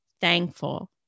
thankful